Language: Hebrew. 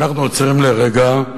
ואנחנו עוצרים לרגע,